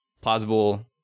plausible